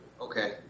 Okay